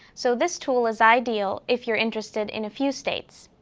so this tool is ideal if you are interested in a few states.